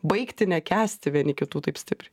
baigti nekęsti vieni kitų taip stipriai